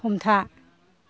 हमथा